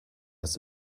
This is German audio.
ist